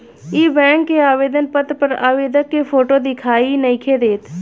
इ बैक के आवेदन पत्र पर आवेदक के फोटो दिखाई नइखे देत